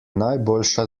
najboljša